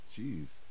Jeez